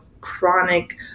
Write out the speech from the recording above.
chronic